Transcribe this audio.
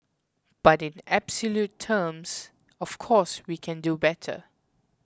but in absolute terms of course we can do better